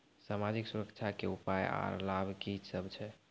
समाजिक सुरक्षा के उपाय आर लाभ की सभ छै?